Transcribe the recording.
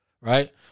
Right